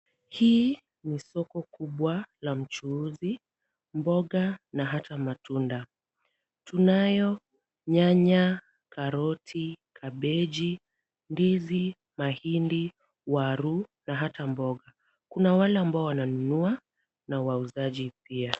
Hii ni soko kubwa la mchuuzi, mboga na hata matunda. Tunayo nyanya, karoti, kabeji, ndizi mahindi, waru na hata mboga. Kuna wale ambao wananunua na wauzaji pia.